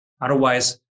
otherwise